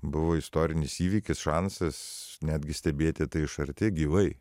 buvo istorinis įvykis šansas netgi stebėti tai iš arti gyvai